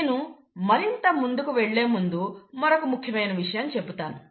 నేను మరింత ముందుకు వెళ్లే ముందు మరొక ముఖ్యమైన విషయాన్ని చెబుతాను